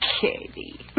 Katie